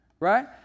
Right